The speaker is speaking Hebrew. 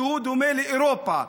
שדומה לאירופה,